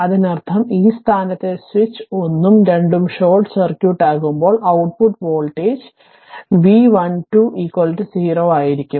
അതിനർത്ഥം ഈ സ്ഥാനത്തെ സ്വിച്ച് 1 ഉം 2 ഉം ഷോർട്ട് സർക്യൂട്ട് ആകുമ്പോൾ ഔട്ട്പുട്ട് വോൾട്ടേജ് v12 0 ആയിരിക്കും